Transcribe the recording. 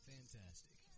Fantastic